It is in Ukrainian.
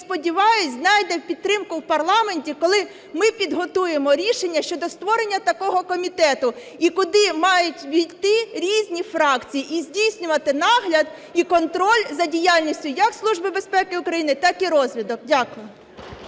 знайде підтримку в парламенті, коли ми підготуємо рішення щодо створення такого комітету і куди мають увійти різні фракції, і здійснювати нагляд і контроль за діяльністю як Служби безпеки України, так і розвідки. Дякую.